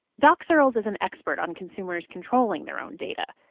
doc searls is an expert on consumers controlling their own data.